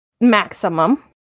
maximum